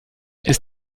ist